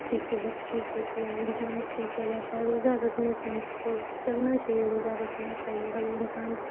کی صحت ٹھیک ہوتی ہے انسان ٹھیک ہو جاتا ہے روزہ رکھنے سے ہم سب کو رکھنا چاہیے روزہ رکھنا چاہیے ہر انسان کو